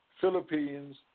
Philippines